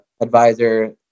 advisor